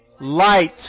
Light